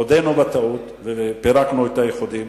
הודינו בטעות ופירקנו את האיחודים.